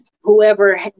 whoever